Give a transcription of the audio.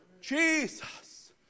Jesus